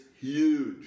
huge